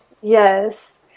Yes